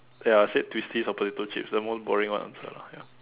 ya I said twisties or potato chips the most boring one answer lah ya